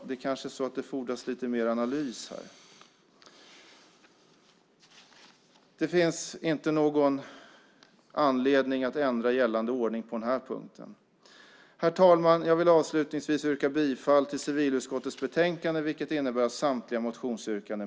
Det kanske fordras mer analys här. Det finns inte någon anledning att ändra gällande ordning på den här punkten. Herr talman! Jag vill avslutningsvis yrka bifall till civilutskottets förslag i betänkandet, vilket innebär avslag på samtliga motionsyrkanden.